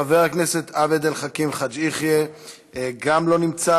חבר הכנסת עבד אל חכים חאג' יחיא, אינו נוכח.